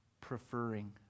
Preferring